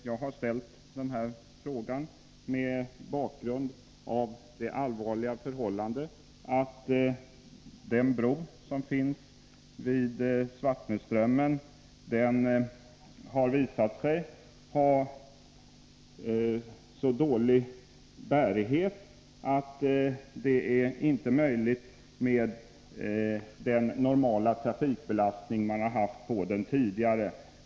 Jag har ställt denna fråga mot bakgrund av det allvarliga förhållandet att den bro som finns vid Svartnöströmmen har visat sig ha så dålig bärighet att det inte är möjligt att tillåta den trafikbelastning som tidigare har varit normal.